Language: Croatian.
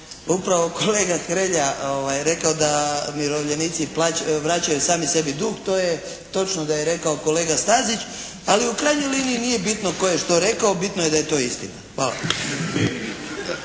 upravo kolega Hrelja rekao da umirovljenici vraćaju sami sebi dug. To je točno da je rekao kolega Stazić. Ali u krajnjoj liniji nije bitno tko je što rekao, bitno je da je to istina. Hvala.